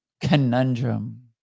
Conundrum